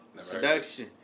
Seduction